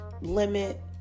limit